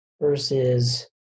versus